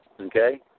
Okay